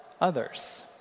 others